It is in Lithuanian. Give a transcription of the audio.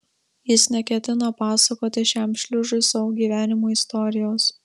jis neketino pasakoti šiam šliužui savo gyvenimo istorijos